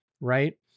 right